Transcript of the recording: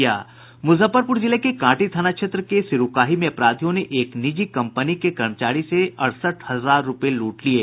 मुजफ्फरपुर जिले के कांटी थाना क्षेत्र के सिरूकाही में अपराधियों ने एक निजी कंपनी के कर्मचारी से अड़सठ हजार रूपये लूट लिये